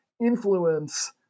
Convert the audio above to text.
influence